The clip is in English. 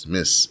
Miss